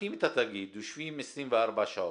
לוקחים את התאגיד, יושבים 24 שעות,